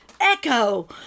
Echo